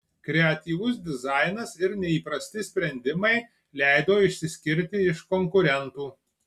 kreatyvus dizainas ir neįprasti sprendimai leido išsiskirti iš konkurentų